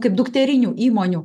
kaip dukterinių įmonių